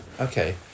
Okay